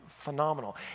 phenomenal